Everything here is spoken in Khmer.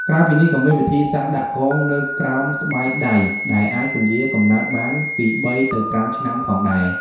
ក្រៅពីនេះ ក៏មានវិធីសាស្ត្រដាក់កងនៅក្រោមស្បែកដៃដែលអាចពន្យារកំណើតបានពី ៣ ទៅ ៥ ឆ្នាំផងដែរ។